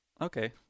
Okay